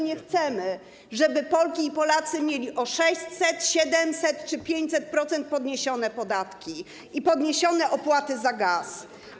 Nie chcemy, żeby Polki i Polacy mieli o 600%, 700% czy 500% podniesione podatki, podniesione opłaty za gaz.